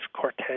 Cortez